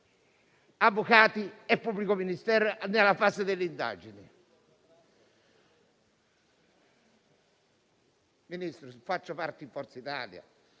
avvocati e pubblico ministero, nella fase delle indagini. Signor Ministro, faccio parte di Forza Italia.